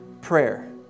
prayer